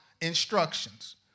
instructions